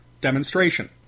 demonstration